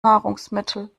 nahrungsmittel